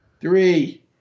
Three